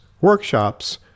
workshops